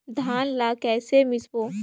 धान ला कइसे मिसबो?